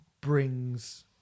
brings